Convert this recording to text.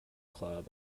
club